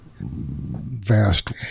vast